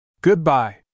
Goodbye